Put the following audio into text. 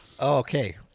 okay